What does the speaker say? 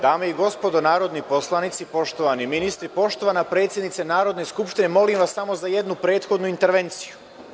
Dame i gospodo, narodni poslanici, poštovani ministri, poštovana predsednice Narodne skupštine, molim vas za jednu prethodnu intervenciju.